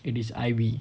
it is ivy